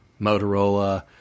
Motorola